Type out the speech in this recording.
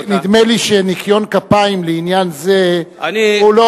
נדמה לי ש"ניקיון כפיים" לעניין זה הוא לא,